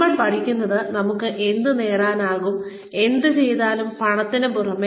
നമ്മൾ പഠിക്കുന്നത് നമുക്ക് എന്ത് നേടാനാകും എന്ത് ചെയ്താലും പണത്തിന് പുറമെ